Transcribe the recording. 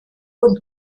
und